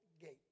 Gate